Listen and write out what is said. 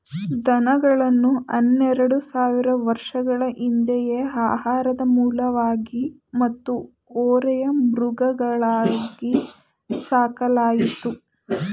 ದನಗಳನ್ನು ಹನ್ನೆರೆಡು ಸಾವಿರ ವರ್ಷಗಳ ಹಿಂದೆಯೇ ಆಹಾರದ ಮೂಲವಾಗಿ ಮತ್ತು ಹೊರೆಯ ಮೃಗಗಳಾಗಿ ಸಾಕಲಾಯಿತು